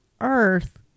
earth